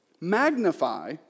Magnify